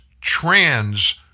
trans